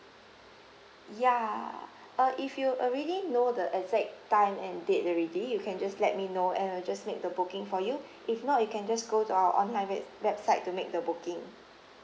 ya uh if you already know the exact time and date already you can just let me know and I'll just make the booking for you if not you can just go to our online web website to make the booking